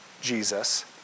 Jesus